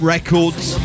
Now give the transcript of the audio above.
Records